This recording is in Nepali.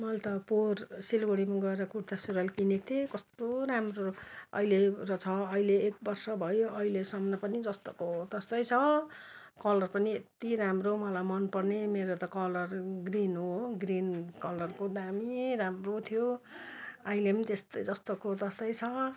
मैले त पोहोर सिलगडीमा गएर कुर्ता सुरूवाल किनेक थिएँ कस्तो राम्रो अहिले रहेछ अहिले एक वर्ष भयो अहिलेसम्म पनि जस्तोको त्यस्तै छ कलर पनि यति राम्रो मलाई मन पर्ने मेरो त कलर ग्रिन हो ग्रिन कलरको दामी राम्रो थियो अहिले त्यस्तै जस्तोको त्यस्तै छ